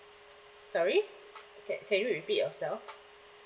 sorry ca~ can you repeat yourself